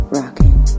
rocking